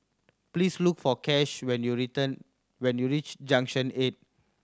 please look for Kash when you return when you reach Junction Eight